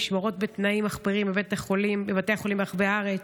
נשמרות בתנאים מחפירים בבתי החולים ברחבי הארץ.